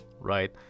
right